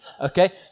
Okay